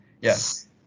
Yes